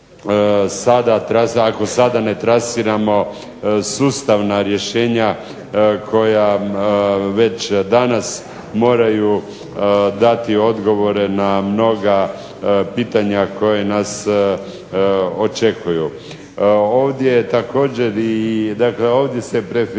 ako sada ne trasiramo sustavna rješenja koja već danas moraju dati odgovore na mnoga pitanja koja nas očekuju. Ovdje također